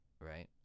right